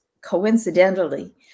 coincidentally